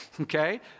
okay